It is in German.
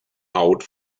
haut